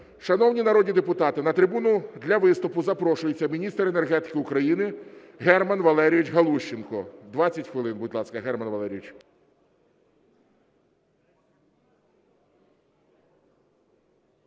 Шановні народні депутати, на трибуну для виступу запрошується міністр енергетики України Герман Валерійович Галущенко.